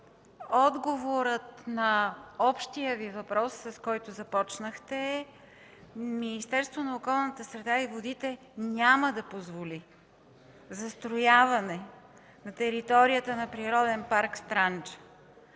отговорът на общия Ви въпрос, с който започнахте, е: Министерството на околната среда и водите няма да позволи застрояване на територията на Природен парк „Странджа”.